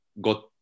got